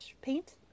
paint